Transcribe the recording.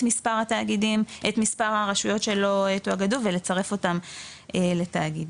מספר הרשויות שלא תואגדו ולצרף אותן לתאגידים.